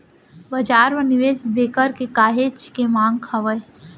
बजार म निवेस बेंकर के काहेच के मांग हावय